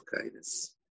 kindness